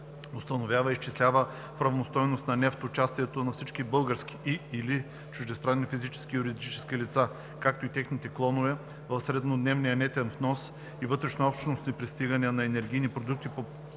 установява и изчислява в равностойност на нефт участието на всички български и/или чуждестранни физически и юридически лица, както и техните клонове в среднодневния нетен внос и вътрешнообщностни пристигания на енергийните продукти по приложение